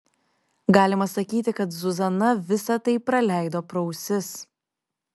galima sakyti kad zuzana visa tai praleido pro ausis